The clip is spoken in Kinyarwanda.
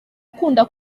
ukunda